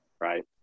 Right